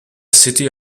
city